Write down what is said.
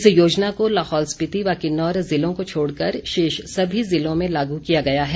इस योजना को लाहौल स्पीति व किन्नौर जिलों को छोड़ कर शेष सभी जिलों में लागू किया गया है